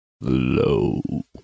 low